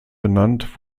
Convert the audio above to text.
benannt